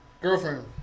girlfriend